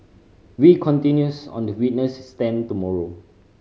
wee continues on the witness stand tomorrow